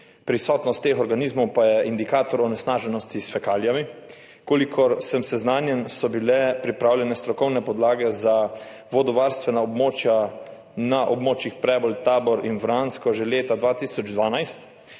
Prisotnost teh organizmov pa je indikator onesnaženosti s fekalijami. Kolikor sem seznanjen, so bile pripravljene strokovne podlage za vodovarstvena območja na območjih Prebold, Tabor in Vransko že leta 2012.